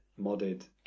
modded